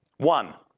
one,